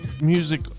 music